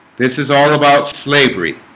this is all about slavery